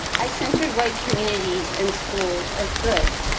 i centered white communities and schools as good.